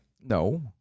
No